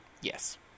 Yes